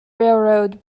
railroad